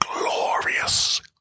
glorious